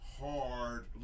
hard